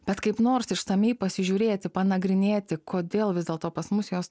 bet kaip nors išsamiai pasižiūrėti panagrinėti kodėl vis dėlto pas mus jos